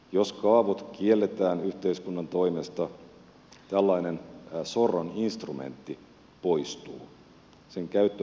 jos kaavut kielletään yhteiskunnan toimesta tällainen sorron instrumentti poistuu sen käyttö muuttuu mahdottomaksi